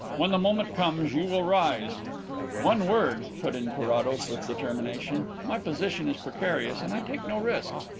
when the moment comes you will rise one word, put in carrados with determination. my position is precarious and i take no risks.